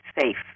safe